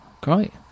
great